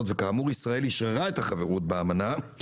כאמור ישראל אשררה את החברות באמנה,